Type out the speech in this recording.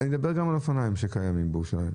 אני מדבר גם על אופניים שקיימים בירושלים.